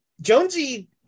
Jonesy